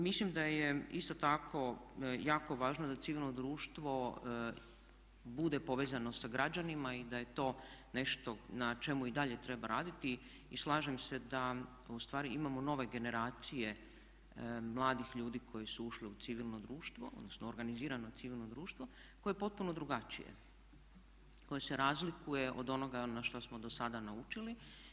Mislim da je isto tako jako važno da civilno društvo bude povezano sa građanima i da je to nešto na čemu i dalje treba raditi i slažem se da ustvari imamo nove generacije mladih ljudi koji su ušli u civilno društvo, odnosno organizirano civilno društvo koje je potpuno drugačije, koje se razlikuje od onoga na što smo dosada naučili.